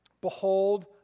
behold